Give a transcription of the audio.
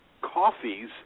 coffees